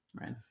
Right